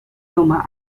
nummer